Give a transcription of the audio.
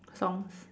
songs